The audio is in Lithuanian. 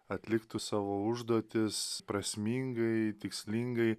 atliktų savo užduotis prasmingai tikslingai